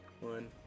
one